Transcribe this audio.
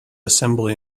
assembly